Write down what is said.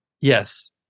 Yes